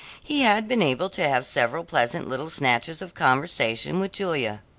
he had been able to have several pleasant little snatches of conversation with julia.